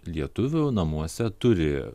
lietuvių namuose turi